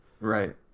Right